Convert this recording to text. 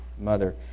mother